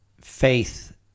faith